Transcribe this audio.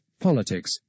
Politics